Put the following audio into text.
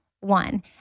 one